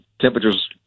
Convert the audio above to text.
temperatures